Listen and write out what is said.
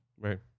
right